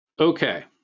okay